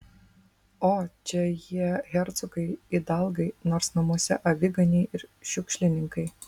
o čia jie hercogai idalgai nors namuose aviganiai ir šiukšlininkai